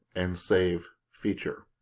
and save feature.